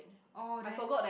orh then